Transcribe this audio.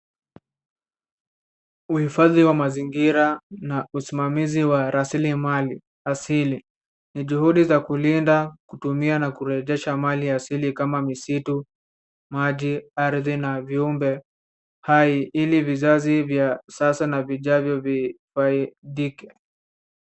uhifadhi wa mazingira na usimamizi wa rasilimali asili ni juhudi za kulinda, kutumia na kurejesha mali ya asili kama misitu, maji, ardhi na viumbe hai ili vizazi vya sasa na vijavyo vifaidike.